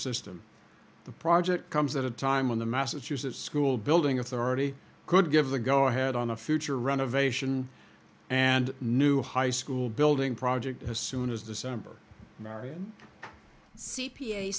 system the project comes at a time when the massachusetts school building authority could give the go ahead on a future renovation and new high school building project as soon as december marion c